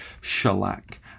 Shellac